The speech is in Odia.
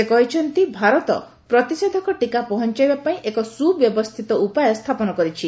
ସେ କହିଛନ୍ତି ଭାରତ ପ୍ରତିଷେଧକ ଟିକା ପହଞ୍ଚାଇବା ପାଇଁ ଏକ ସୁବ୍ୟବସ୍ଥିତ ଉପାୟ ସ୍ଥାପନ କରିଛି